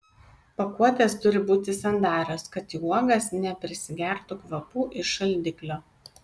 pakuotės turi būti sandarios kad į uogas neprisigertų kvapų iš šaldiklio